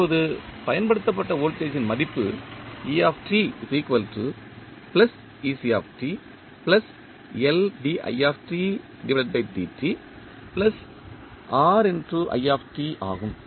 இப்போது பயன்படுத்தப்பட்ட வோல்டேஜ் ன் மதிப்பு ஆகும்